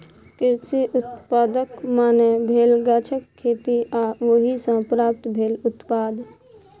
कृषि उत्पादक माने भेल गाछक खेती आ ओहि सँ प्राप्त भेल उत्पाद